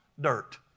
Dirt